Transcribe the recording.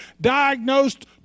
diagnosed